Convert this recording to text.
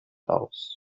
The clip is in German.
aus